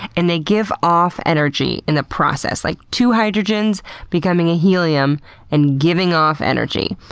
and they give off energy in the process like two hydrogens becoming helium and giving off energy.